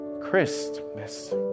Christmas